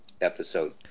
episode